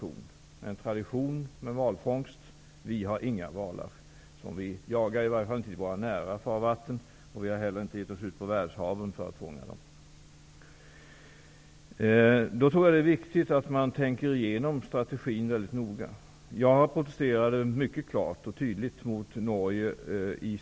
Norrmännen har sin tradition med valfångst, medan vi inte har några valar som vi jagar, i varje fall inte i våra nära farvatten. Vi har inte heller givit oss ut på världshaven för att fånga valar. Jag protesterade i somras efter Glasgowmötet mycket klart och tydligt mot Norge.